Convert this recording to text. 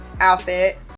outfit